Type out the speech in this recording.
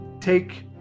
take